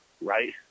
right